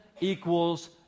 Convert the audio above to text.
equals